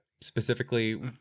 specifically